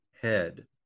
head